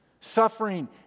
Suffering